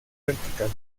vertical